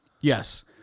Yes